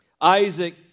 Isaac